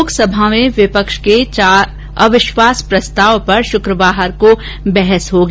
लोकसभा में विपक्ष के अविश्वास प्रस्ताव पर शुक्रवार को बहस होगी